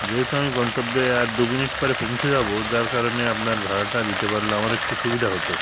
যেহেতু আমি গন্তব্যে আর দুমিনিট পরে পৌঁছে যাব যার কারণে আপনার ভাড়াটা দিতে পারলে আমার একটু সুবিধা হতো